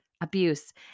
abuse